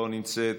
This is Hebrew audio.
לא נמצאת,